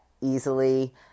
easily